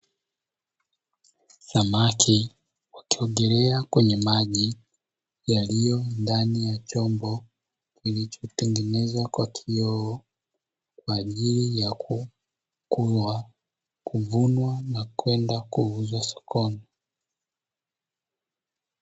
Samaki wakiogelea kwenye maji yaliyo ndani ya chombo kilichotengenezwa kwa kioo, kwa ajili ya kukua, kuvunwa na kwenda kuuzwa sokoni.